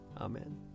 Amen